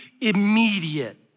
immediate